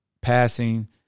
passing